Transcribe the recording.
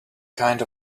kind